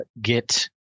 get